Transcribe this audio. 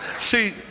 see